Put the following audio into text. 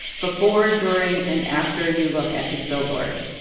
before, during and after you look at his billboard.